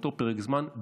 באותו פרק זמן,